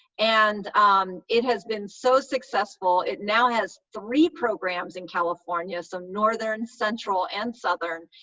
and um it has been so successful. it now has three programs in california, so northern, central, and southern.